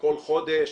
כל חודש